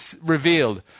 revealed